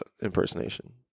impersonation